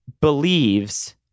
believes